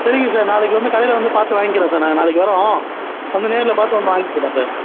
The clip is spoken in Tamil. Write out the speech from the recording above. சரிங்க சார் நாளைக்கு வந்து கடையில் வந்து பார்த்து வாங்கிக்கிறோம் சார் நாங்கள் நாளைக்கு வரோம் வந்து நேரில் பார்த்து வந்து வாங்கிக்கிறோம் சார்